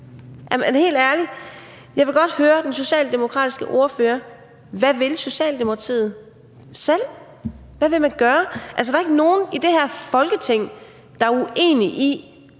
jeg vil godt høre den socialdemokratiske ordfører: Hvad vil Socialdemokratiet selv? Hvad vil man gøre? Der er ikke nogen i det her Folketing, der er uenige i,